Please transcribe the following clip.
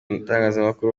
itangazamakuru